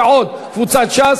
ניצן הורוביץ,